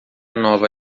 nova